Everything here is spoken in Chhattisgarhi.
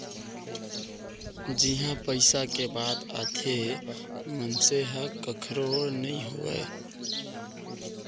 जिहाँ पइसा के बात आथे मनसे ह कखरो नइ होवय